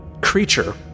creature